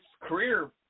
career